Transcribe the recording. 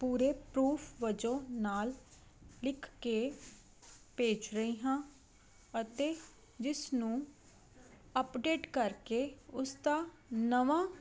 ਪੂਰੇ ਪਰੂਫ ਵਜੋਂ ਨਾਲ ਲਿਖ ਕੇ ਭੇਜ ਰਹੀ ਹਾਂ ਅਤੇ ਜਿਸ ਨੂੰ ਅਪਡੇਟ ਕਰਕੇ ਉਸ ਦਾ ਨਵਾਂ